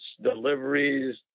deliveries